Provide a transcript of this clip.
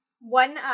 One